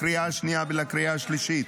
לקריאה השנייה ולקריאה השלישית.